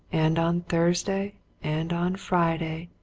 and on thursday and on friday,